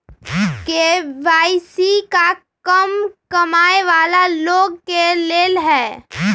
KYC का कम कमाये वाला लोग के लेल है?